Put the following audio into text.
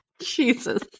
Jesus